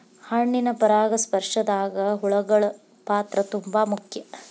ಹಣ್ಣಿನ ಪರಾಗಸ್ಪರ್ಶದಾಗ ಹುಳಗಳ ಪಾತ್ರ ತುಂಬಾ ಮುಖ್ಯ